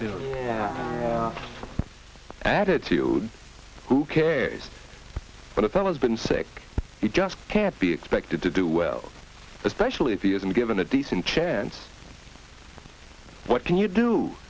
e attitude who cares but it's always been sick he just can't be expected to do well especially if he isn't given a decent chance what can you do